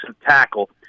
tackle